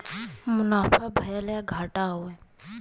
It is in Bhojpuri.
मुनाफा भयल या घाटा हौ